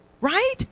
right